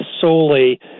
solely